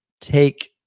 take